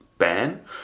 Ban